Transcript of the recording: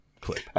clip